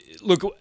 Look